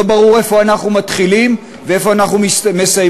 לא ברור איפה אנחנו מתחילים ואיפה אנחנו מסיימים,